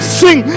sing